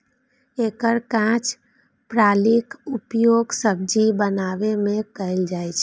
एकर कांच फलीक उपयोग सब्जी बनबै मे कैल जाइ छै